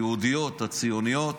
היהודיות, הציוניות,